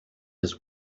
has